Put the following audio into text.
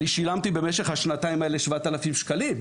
אני שילמתי במשך השנתיים האלה 7,000 שקלים,